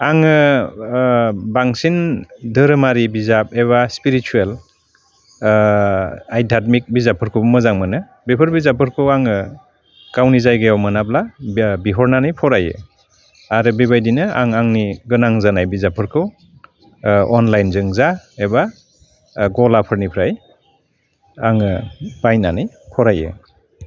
आङो बांसिन दोहोरोमारि बिजाब एबा स्पिरिसुएल आयदाकमिक बिजाबफोरखौबो मोजां मोनो बेफोर बिजाबफोरखौ आङो गावनि जायगायाव मोनाब्ला बिया बिहरनानै फरायो आरो बेबायदिनो आं आंनि गोनां जानाय बिजाबफोरखौ अनलाइनजों जा एबा गलाफोरनिफ्राय आङो बायनानै फरायो